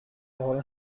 all